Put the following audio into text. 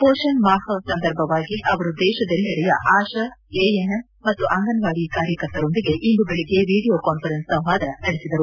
ಮೋಷಣ್ ಮಾಪ್ ಸಂದರ್ಭವಾಗಿ ಅವರು ದೇಶದೆಲ್ಲೆಡೆಯ ಆಶಾ ಎಎನ್ಎಂ ಮತ್ತು ಅಂಗನವಾಡಿ ಕಾರ್ಯಕರ್ತರೊಂದಿಗೆ ಇಂದು ಬೆಳಗ್ಗೆ ವಿಡಿಯೋ ಕಾನ್ಫರೆನ್ಸ್ ಸಂವಾದ ನಡೆಸಿದರು